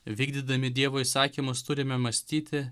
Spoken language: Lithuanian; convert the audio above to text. vykdydami dievo įsakymus turime mąstyti